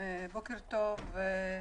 בוקר טוב.